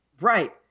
Right